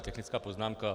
Technická poznámka.